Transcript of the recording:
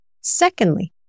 Secondly